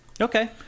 okay